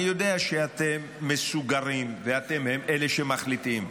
אני יודע שאתם מסוגרים ושאתם הם אלה שמחליטים.